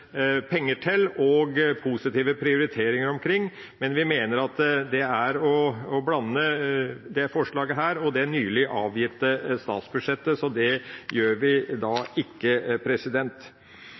penger til og positive prioriteringer omkring. Men vi mener at det er å blande dette forslaget og det nylig avgitte statsbudsjettet, så det gjør vi da ikke.